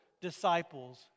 disciples